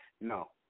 No